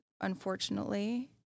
unfortunately